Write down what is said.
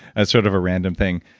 that's sort of a random thing,